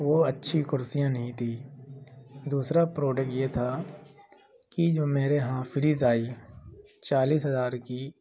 وہ اچھی کرسیاں نہیں تھیں دوسرا پروڈکٹ یہ تھا کہ جو میرے یہاں فریز آئی چالیس ہزار کی